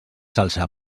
salsa